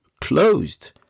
closed